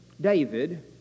David